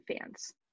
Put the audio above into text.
fans